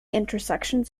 intersections